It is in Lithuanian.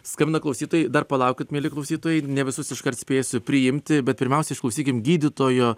skambina klausytojai dar palaukit mieli klausytojai ne visus iškart spėsiu priimti bet pirmiausia išklausykim gydytojo